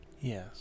Yes